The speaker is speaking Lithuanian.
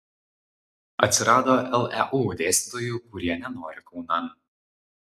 atsirado leu dėstytojų kurie nenori kaunan